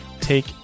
take